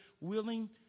willing